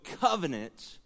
covenant